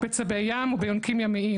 בצבי ים וביונקים ימיים.